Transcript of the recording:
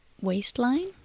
waistline